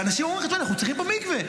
ואנשים אומרים לי: אנחנו צריכים פה מקווה.